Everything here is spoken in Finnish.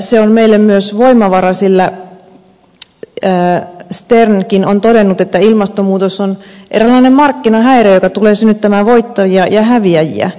se on meille myös voimavara sillä sternkin on todennut että ilmastonmuutos on eräänlainen markkinahäiriö joka tulee synnyttämään voittajia ja häviäjiä